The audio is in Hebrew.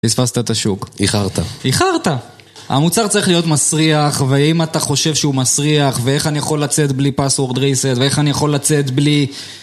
פספסת את השוק איחרת. איחרת, המוצר צריך להיות מסריח ואם אתה חושב שהוא מסריח ואיך אני יכול לצאת בלי password reset ואיך אני יכול לצאת בלי...